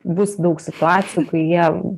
bus daug situacijų kai jie